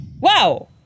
Wow